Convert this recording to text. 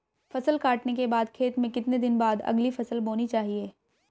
फसल काटने के बाद खेत में कितने दिन बाद अगली फसल बोनी चाहिये?